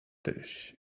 dish